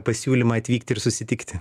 pasiūlymą atvykti ir susitikti